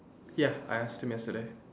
ya I asked him yesterday